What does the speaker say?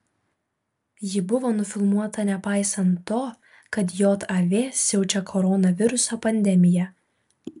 ji buvo nufilmuota nepaisant to kad jav siaučia koronaviruso pandemija